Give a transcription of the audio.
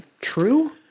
true